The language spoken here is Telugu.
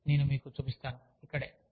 కాబట్టి నేను మీకు చూపిస్తాను